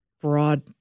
broad